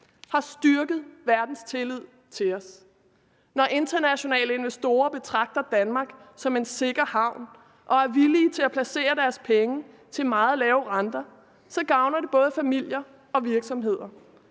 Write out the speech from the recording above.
har styrket verdens tillid til os. Når internationale investorer betragter Danmark som en sikker havn og er villige til at placere deres penge til meget lave renter, så gavner det både familier og virksomheder.